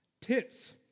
tits